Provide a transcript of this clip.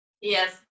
yes